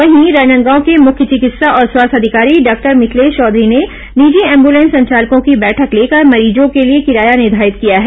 वहीं राजनादगांव के मुख्य चिकित्सा और स्वास्थ्य अधिकारी डॉक्टर मिथिलेश चौधरी ने निजी एम्बलेंस संचालकों की बैठक लेकर मरीजों के लिए किराया निर्घारित किया है